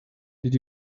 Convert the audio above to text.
did